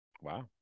Wow